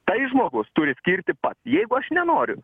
tai žmogus turi skirti pats jeigu aš nenoriu